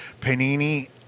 Panini